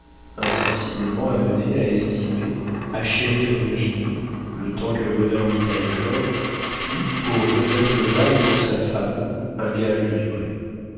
insensiblement amené à estimer à chérir virginie le temps que le bonheur mit à éclore fut pour joseph lebas et pour sa femme un gage de durée